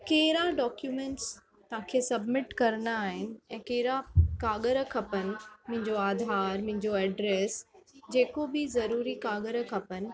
कहिड़ा डॉक्यूमैंट्स तव्हांखे सब्मिट करणा आहिनि ऐं कहिड़ा काॻर खपनि मुंहिंजो आधार मुंहिंजो ऐड्रेस जेको बि ज़रूरी काॻर खपनि